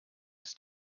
ist